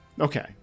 Okay